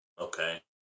okay